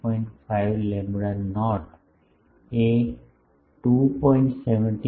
5 lambda naught તે 2